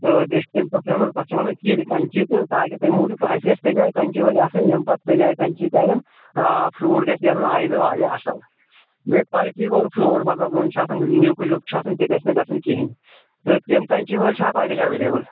تہٕ بیٚیہِ چھِ تمہِ پَتہٕ اَنن تَتھ چھِ وَنان کِلۍ کنٛچی تہٕ تاکہِ تَمہِ موٗجوٗب اسہِ گَژھِ تَمہِ آے کَنٛچیٖ وٲلۍ آسٕنۍ یِم پَتہٕ تَمہِ آے کَنچی کَرَن آ فروٗٹ گَژھِ نیٚرُن آیِنٛدٕ واریاہ اَصٕل بیٚیہِ کالٹی وول فرٛوٗٹ مَطلَب وٕنۍ چھُ آسان نِیُک وِیُک چھُ آسان تہِ گَژھِ نہٕ گژھُن کِہیٚنۍ تہٕ تِم کَنٛچی وٲلۍ چھا تۄہہِ نِش اَویلِبٕل